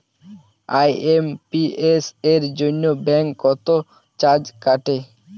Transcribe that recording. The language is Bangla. আই.এম.পি.এস এর জন্য ব্যাংক কত চার্জ কাটে?